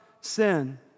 sin